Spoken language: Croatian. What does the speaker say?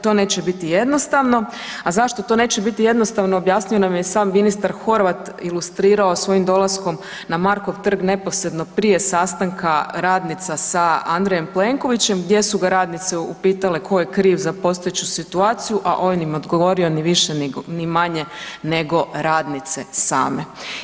To neće biti jednostavno, a zašto to neće biti jednostavno objasni nam je sam ministar Horvat, ilustrirao svojim dolaskom na Markov trg neposredno prije sastanka radnica sa Andrejem Plenkovićem gdje su ga radnice upitale tko je kriv za postojeću situaciju, a on im odgovorio ni više ni manje nego radnice same.